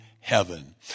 heaven